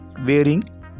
wearing